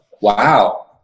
wow